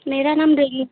मेरा नाम रगी